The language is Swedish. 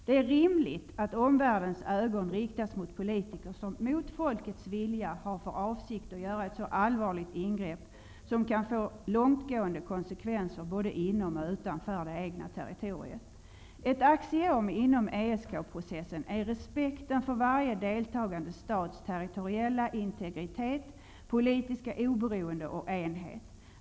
Det är rimligt att omvärldens ögon riktas mot politiker som mot folkets vilja har för avsikt att göra ett så allvarligt ingrepp, som kan få långtgående konsekvenser både inom och utanför det egna territoriet. Ett axiom inom ESK-processen är respekten för varje deltagande stats territoriella integritet, politiska oberoende och enhet.